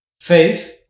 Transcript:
faith